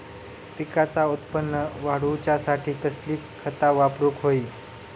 पिकाचा उत्पन वाढवूच्यासाठी कसली खता वापरूक होई?